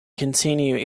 continue